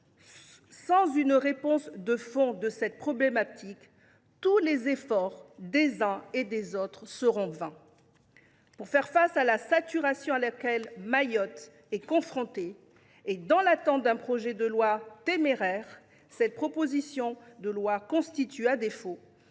sans une réponse de fond à cette problématique, tous les efforts des uns et des autres seront vains. Pour faire face à la saturation à laquelle Mayotte est confrontée et dans l’attente d’un projet de loi téméraire, cette proposition de loi constitue, par défaut,